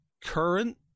current